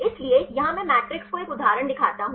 इसलिए यहां मैं मैट्रिक्स को एक उदाहरण दिखाता हूं